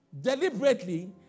deliberately